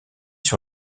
sur